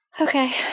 Okay